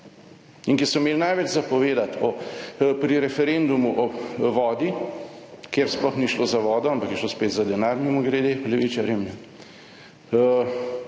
in ki so imeli največ za povedati o pri referendumu o vodi, kjer sploh ni šlo za vodo, ampak je šlo spet za denar. Mimogrede, levičarjem, ne,